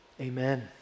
Amen